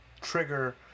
trigger